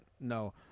no